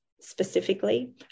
specifically